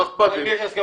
מה אכפת לי.